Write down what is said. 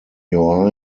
your